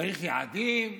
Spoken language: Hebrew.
שצריך יעדים.